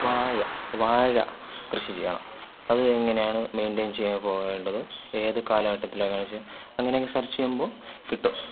വാഴ വാഴ കൃഷി ചെയ്യണം അത് എങ്ങനെയാണ് മെയിൻറ്റൈൻ ചെയ്യാന് പോവേണ്ടത് ഏത് കാലഘട്ടത്തിലാണ് ആവശ്യം അങ്ങനെയൊക്കെ സെർച്ചേയ്യുമ്പോൾ കിട്ടും